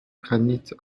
granit